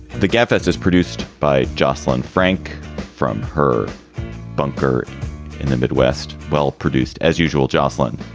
the gabfests is produced by jocelyn frank from her bunker in the midwest. well produced as usual, josslyn.